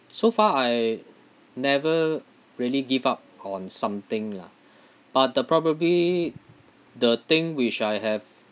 so far I never really give up on something lah but the probably the thing which I have